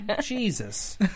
Jesus